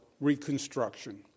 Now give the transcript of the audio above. reconstruction